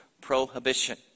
prohibition